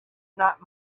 not